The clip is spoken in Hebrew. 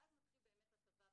ואז מתחילה באמת הטבה במצבו.